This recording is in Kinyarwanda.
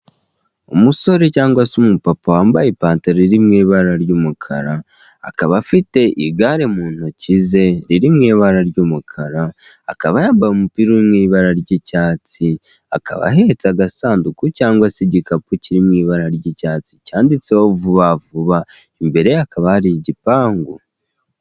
Umusore cyangwa se umupapa wambaye ipantaro irimo ibara ry'umukara akaba afite igare mu ntoki ze riri mu ibara ry'umukara, akaba yambaye umupira uri mu ibara ry'icyatsi, akaba ahetse agasanduku cyangwa se igikapu cyiri mu ibara ry'icyatsi cyanditseho vuba vuba, imbere ye hakaba hari igipangu